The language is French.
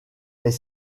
est